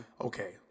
Okay